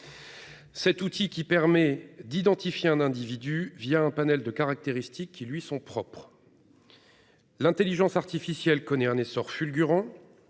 Cet outil permet d'identifier un individu grâce à un panel de caractéristiques qui lui sont propres. L'intelligence artificielle connaît un essor fulgurant.